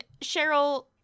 cheryl